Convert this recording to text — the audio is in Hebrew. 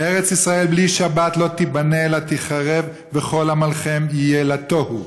"ארץ ישראל בלי שבת לא תיבנה אלא תיחרב וכל עמלכם יהיה לתוהו.